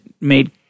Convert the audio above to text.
made